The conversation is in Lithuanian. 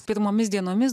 pirmomis dienomis